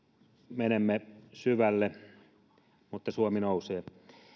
menemme syvälle mutta suomi nousee